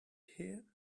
here